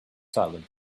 silent